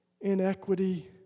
inequity